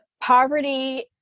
poverty